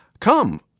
Come